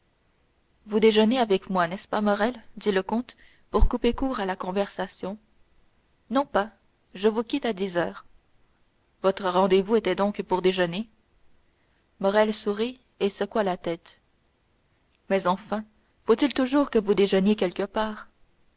vous déjeunez avec moi n'est-ce pas morrel dit le comte pour couper court à la conversation non pas je vous quitte à dix heures votre rendez-vous était donc pour déjeuner morrel sourit et secoua la tête mais enfin faut-il toujours que vous déjeuniez quelque part